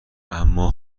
اما